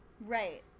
right